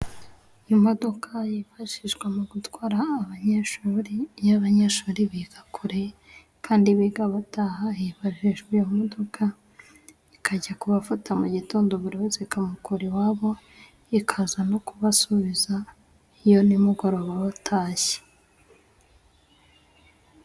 Imodoka yifashishwa mu gutwara abanyeshuri, iy'abanyeshuri biga kure kandi biga bataha hifashishwa iyo modoka ikajya kubafata mu gitondo, buri wese ikamukura iwabo, ikaza no kubasubizayo nimugoroba batashye.